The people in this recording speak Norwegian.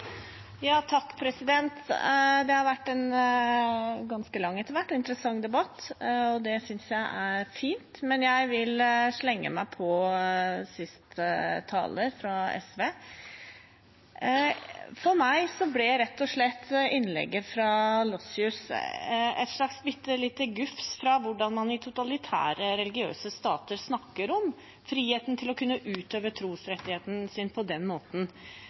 Det har vært en ganske lang og interessant debatt, og det synes jeg er fint, men jeg vil slenge meg på siste taler fra SV. For meg ble innlegget fra Lossius rett og slett et bitte lite gufs fra hvordan man i totalitære religiøse stater snakker om friheten til å kunne utøve trosrettigheten sin på den måten